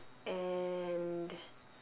and